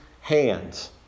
hands